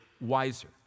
wiser